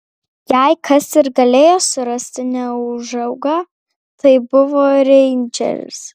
jei kas ir galėjo surasti neūžaugą tai buvo reindžeris